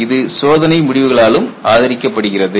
இது சோதனை முடிவுகள் முடிவுகளாலும் ஆதரிக்கப்படுகிறது